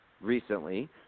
recently